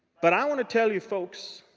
but i want to tell you, folks,